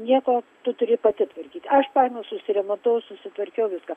nieko tu turi pati tvarkyt aš paėmiau susiremontavau susitvarkiau viską